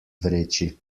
vreči